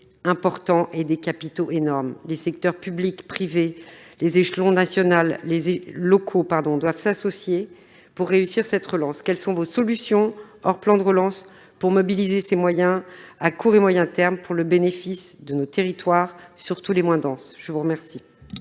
financiers et des capitaux énormes. Les secteurs public et privé, les échelons national et locaux doivent s'associer pour réussir cette relance. Quelles sont vos solutions, hors plan de relance, pour mobiliser ces moyens à court et moyen termes, pour le bénéfice de nos territoires, surtout les moins denses ? La parole